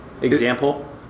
Example